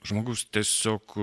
žmogus tiesiog